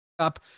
up